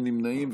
אין נמנעים.